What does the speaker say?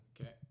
Okay